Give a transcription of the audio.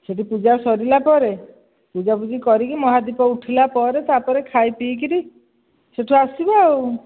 ସେଠି ପୂଜା ସରିଲା ପରେ ପୂଜା ପୁଜି କରିକି ମହାଦୀପ ଉଠିଲା ପରେ ତା'ପରେ ଖାଇ ପିଇକରି ସେଠୁ ଆସିବା ଆଉ